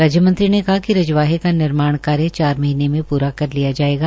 राज्य मंत्री ने कहा कि रजवाहे का निर्माण कार्य चार महीने में पूरा कर लिया जाएगा